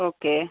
okay